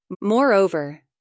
Moreover